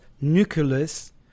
Nucleus